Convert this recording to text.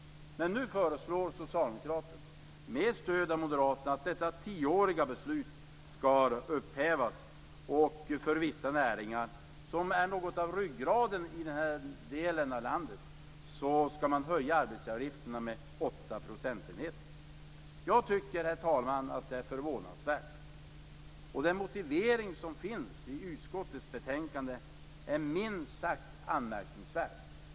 Men nu föreslår socialdemokraterna med stöd av moderaterna att detta tioåriga beslut skall upphävas. För vissa näringar - som är något av ryggraden i den här delen av landet - skall man höja arbetsgivaravgifterna med åtta procentenheter. Jag tycker, herr talman, att det är förvånansvärt. Och motiveringen i utskottets betänkande är minst sagt anmärkningsvärd.